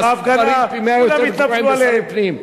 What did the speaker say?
נעשו דברים פי-מאה יותר גרועים לשר הפנים.